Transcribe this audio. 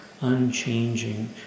unchanging